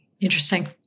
interesting